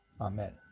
Amen